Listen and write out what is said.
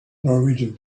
norwegian